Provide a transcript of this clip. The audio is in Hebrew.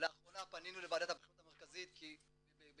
לאחרונה פנינו לוועדת הבחירות המרכזית בעקבות